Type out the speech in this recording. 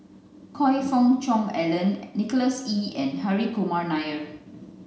Choe Fook Cheong Alan Nicholas Ee and Hri Kumar Nair